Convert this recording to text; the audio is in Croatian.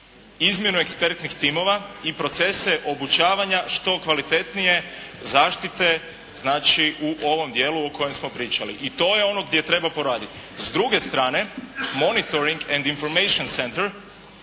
izmjenu ekspertnih timova i procese obučavanja što kvalitetnije zaštite, znači u ovom dijelu o kojem smo pričali i to je ono gdje treba poraditi. S druge strane “monitoring and information center“